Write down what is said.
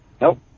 Nope